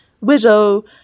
widow